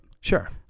Sure